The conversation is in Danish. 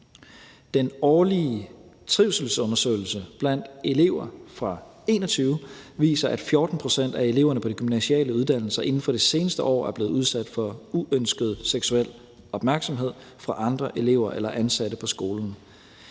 Den årlige trivselsundersøgelse blandt elever fra 2021 viser, at 14 pct. af eleverne på de gymnasiale uddannelser inden for det seneste år er blevet udsat for uønsket seksuel opmærksomhed fra andre elever eller fra ansatte på skolen.